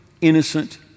innocent